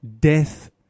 death